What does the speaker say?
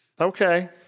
Okay